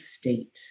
state